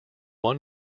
one